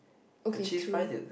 okay true